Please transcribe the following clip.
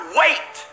wait